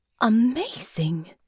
amazing